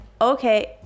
okay